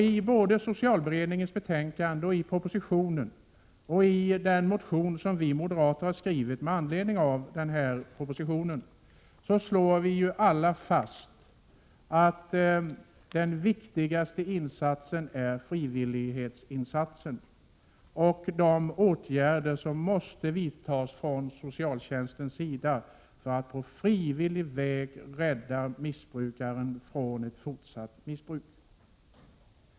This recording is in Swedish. I socialberedningens betänkande, i propositionen och i den motion som vi moderater har skrivit med anledning av propositionen slås det fast att den viktigaste insatsen är den frivilliga och de åtgärder som måste vidtas från socialtjänstens sida för att på frivillig väg rädda missbrukaren från ett fortsatt missbruk.